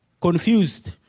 confused